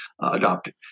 adopted